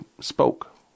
spoke